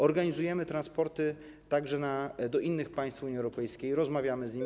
Organizujemy transport także do innych państw Unii Europejskiej, rozmawiamy z nimi.